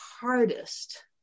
hardest